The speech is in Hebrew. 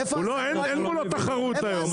הוא אין מולו תחרות היום,